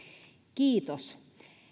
kiitos